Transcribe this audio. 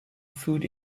food